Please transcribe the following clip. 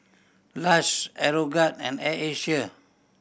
Lush Aeroguard and Air Asia